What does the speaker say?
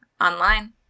online